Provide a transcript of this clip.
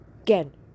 again